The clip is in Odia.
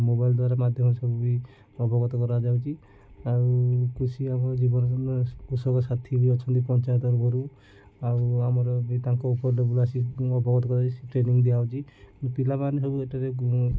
ମୋବାଇଲ୍ ଦ୍ୱାରା ମାଧ୍ୟମରେ ସବୁ ବି ଅବଗତ କରାଯାଉଛି ଆଉ କୃଷି ଆମ ଜୀବନ କୃଷକ ସାଥି ବି ଅଛନ୍ତି ପଞ୍ଚାୟତରଫରୁ ଆଉ ଆମର ବି ତାଙ୍କ ଉପର ଲେବଲ୍ ଆସି ଅବଗତ କରାଯାଇଛି ଟ୍ରେନିଂ ଦିଆହେଉଛି ପିଲାମାନେ ସବୁ ଏଠାରେ